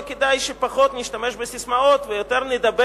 וכדאי שפחות נשתמש בססמאות ויותר נדבר